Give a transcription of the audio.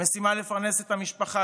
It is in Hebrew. המשימה לפרנס את המשפחה,